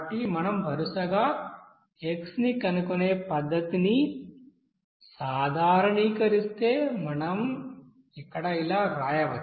కాబట్టి మనం వరుసగా x ని కనుగొనే పరిస్థితిని సాధారణీకరిస్తే మనం ఇక్కడ ఇలా వ్రాయవచ్చు